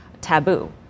taboo